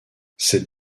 cette